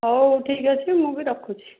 ହଉ ଠିକ୍ ଅଛି ମୁଁ ବି ରଖୁଛି